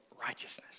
Righteousness